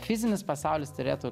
fizinis pasaulis turėtų